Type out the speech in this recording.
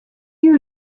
you